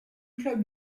club